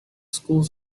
schools